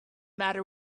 matter